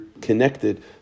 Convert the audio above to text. connected